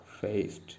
faced